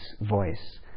voice